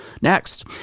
next